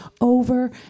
over